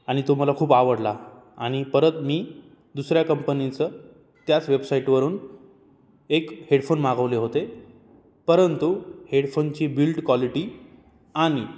आणि तो मला खूप आवडला आणि परत मी दुसऱ्या कंपनीचं त्याच वेबसाईटवरून एक हेडफोन मागवले होते परंतु हेडफोनची बिल्ट क्वालिटी आणि